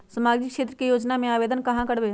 सामाजिक क्षेत्र के योजना में आवेदन कहाँ करवे?